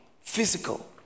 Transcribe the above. physical